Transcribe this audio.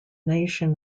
nation